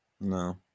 No